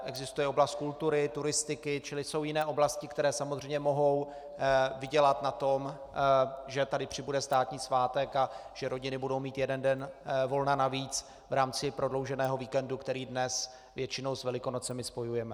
Existuje oblast kultury, turistiky, čili jsou jiné oblasti, které samozřejmě mohou vydělat na tom, že tady přibude státní svátek a že rodiny budou mít jeden den volna navíc v rámci prodlouženého víkendu, který dnes většinou s Velikonocemi spojujeme.